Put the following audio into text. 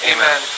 Amen